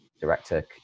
director